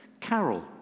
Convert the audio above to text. carol